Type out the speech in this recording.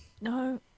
No